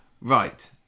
Right